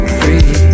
free